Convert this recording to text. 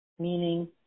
Meaning